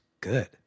good